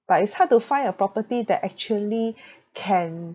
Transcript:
but it's hard to find a property that actually can